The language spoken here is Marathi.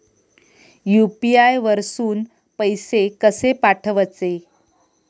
यू.पी.आय वरसून पैसे कसे पाठवचे?